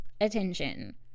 attention